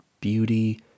beauty